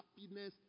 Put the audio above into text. happiness